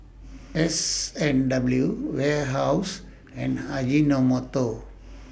S and W Warehouse and Ajinomoto